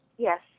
Yes